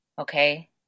Okay